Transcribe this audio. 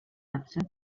upset